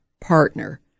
partner